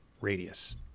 radius